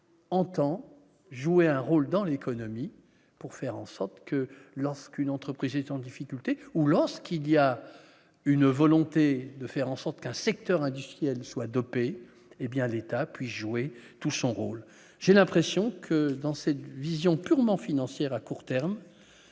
Entend jouer un rôle dans l'économie pour faire en sorte que lorsqu'une entreprise est en difficulté, ou lorsqu'il y a une volonté de faire en sorte qu'un secteur industriel soit dopé, hé bien l'État puisse jouer tout son rôle, j'ai l'impression que dans cette vision purement financière à court terme,